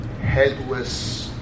headless